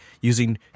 using